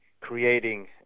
creating